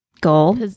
Goal